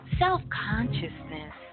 self-consciousness